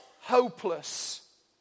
hopeless